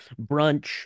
brunch